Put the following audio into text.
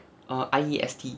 err I E S T